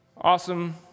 Awesome